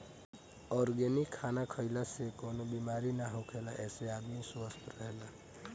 organic खाना खइला से कवनो बेमारी ना होखेला एसे आदमी स्वस्थ्य रहेला